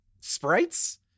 sprites